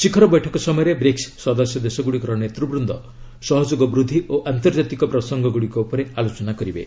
ଶିଖର ବୈଠକ ସମୟରେ ବ୍ରିକ୍ ସଦସ୍ୟ ଦେଶ ଗୁଡ଼ିକର ନେତୃବୃନ୍ଦ ସହଯୋଗ ବୃଦ୍ଧି ଓ ଆନ୍ତର୍ଜାତିକ ପ୍ରସଙ୍ଗଗୁଡ଼ିକ ଉପରେ ଆଲୋଚନା କରିବେ